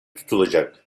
tutulacak